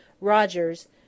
Rogers